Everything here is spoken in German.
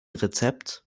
rezept